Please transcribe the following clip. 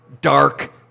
dark